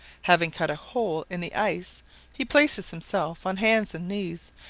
having cut a hole in the ice he places himself on hands and knees,